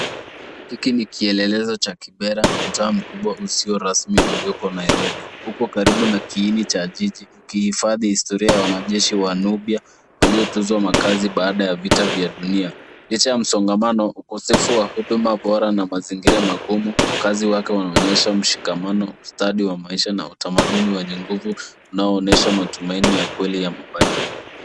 Hiki ni kielelezo cha Kibera, mtaa mkubwa usio rasmi ulioko Nairobi. Uko karibu na kiini cha jiji ukihifadhi historia ya wanajeshi wa Nubia waliotunza makazi baada ya vita vya dunia. Licha ya msongamano, ukosefu wa huduma bora na mazingira magumu, waakazi wake wanaonyesha mshikamano, ustadi wa maisha, na utamaduni wenye nguvu unaonyesha matumaini ya kweli ya mabadiliko.